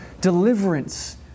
deliverance